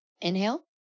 Inhale